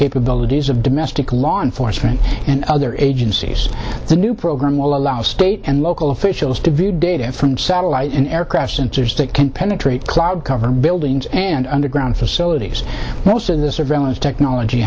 capabilities of domestic law enforcement in other agencies the new program will allow state and local officials to view data from satellites and aircraft interstate can penetrate cloud cover buildings and underground facilities most of the surveillance technology